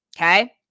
Okay